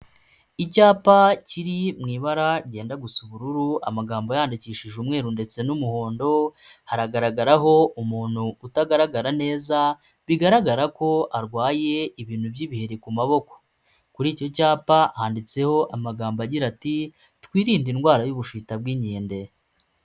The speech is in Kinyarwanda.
Icyapa kiri mu ibara ryenda gusa ubururu, amagambo yandikishije umweru ndetse n'umuhondo, haragaragaraho umuntu utagaragara neza bigaragara ko arwaye ibintu by'ibiheri ku maboko. Kuri icyo cyapa handitseho amagambo agira ati “Twirinde indwara y'ubushita bw'inkende”.